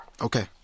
Okay